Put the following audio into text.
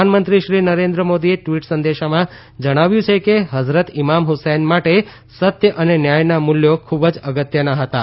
પ્રધાનમંત્રી શ્રી નરેન્દ્ર મોદીએ ટવીટ સંદેશામાં જણાવ્યું છે કે હઝરત ઇમામ હ્સૈન માટે સત્ય અને ન્યાયનાં મૂલ્યો ખૂબ જ અગત્યનાં હતાં